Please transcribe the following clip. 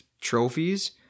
trophies